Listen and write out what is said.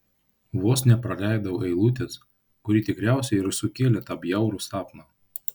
vos nepraleidau eilutės kuri tikriausiai ir sukėlė tą bjaurų sapną